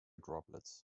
droplets